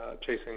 chasing